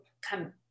come